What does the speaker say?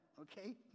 Okay